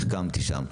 החכמתי שם.